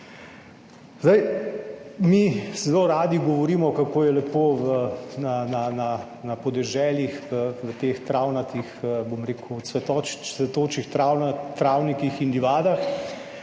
Mi zelo radi govorimo, kako je lepo na podeželju, v teh travnatih, bom rekel, cvetočih travnikih in livadah,